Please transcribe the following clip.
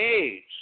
age